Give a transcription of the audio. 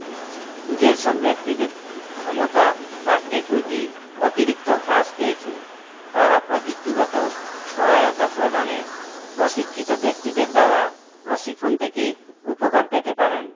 যেসব ব্যক্তিদের ক্ষমতা বা অ্যাকুইটি অতিরিক্ত হ্রাস পেয়েছে তাঁরা প্রযুক্তিগত সহায়তা প্রদানে প্রশিক্ষিত ব্যক্তিদের দেওয়া প্রশিক্ষণ থেকে উপকার পেতে পারেন